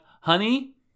honey